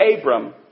Abram